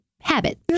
habit